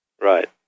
Right